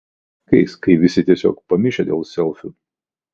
juolab šiais laikais kai visi tiesiog pamišę dėl selfių